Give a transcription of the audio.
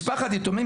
"משפחת יתומים,